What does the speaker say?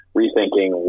rethinking